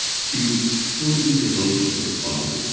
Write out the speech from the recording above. she was totally devoted to her father.